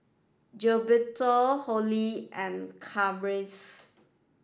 Gilberto Holly and Kathryn